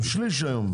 הם שליש היום.